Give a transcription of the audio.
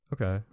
Okay